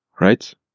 right